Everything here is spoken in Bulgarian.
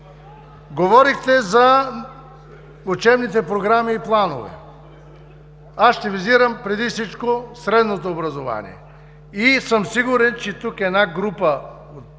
говорихте за учебните програми и планове. Аз ще визирам преди всичко средното образование и съм сигурен, че тук една група